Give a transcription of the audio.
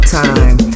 time